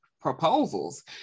proposals